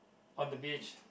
on the beach